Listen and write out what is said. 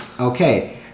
Okay